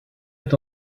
est